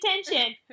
attention